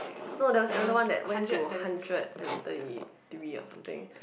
no there was another one they went to hundred and thirty degrees or something